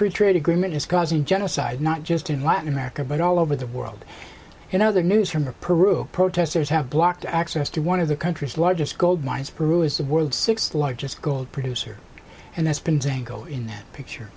free trade agreement is causing genocide not just in latin america but all over the world and other news from the peru protesters have blocked access to one of the country's largest gold mines peru is the world's sixth largest gold producer and that's been single in that picture